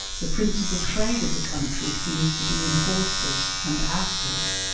the principal trade of the country seems to be in horses and asses,